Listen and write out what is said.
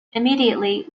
immediately